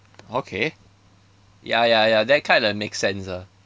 okay ya ya ya that kinda make sense ah